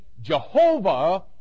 Jehovah